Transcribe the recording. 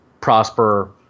prosper